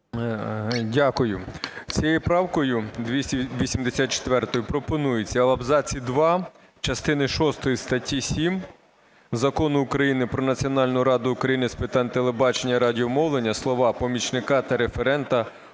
Дякую. Цією правкою 284 пропонується в абзаці два частини шостої статті 7 Закону України "Про Національну раду України з питань телебачення і радіомовлення" слова "помічника та референта